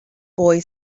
boy